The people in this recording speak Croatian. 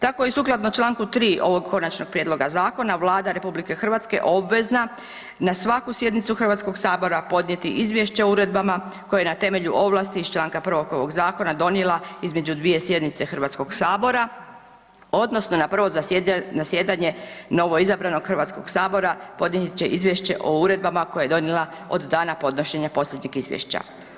Tako i sukladno članku 3. ovog Konačnog prijedloga zakona Vlada Republike Hrvatske obvezna na svaku sjednicu Hrvatskoga sabora podnijeti Izvješće o uredbama koje je na temelju zakonske ovlasti iz članka 1. ovoga Zakona donijela između dvije sjednice Hrvatskoga sabora odnosno na prvo zasjedanje novoizabranog Hrvatskog sabora podnijet će Izvješće o uredbama koje je donijela od dana podnošenja posljednjeg izvješća.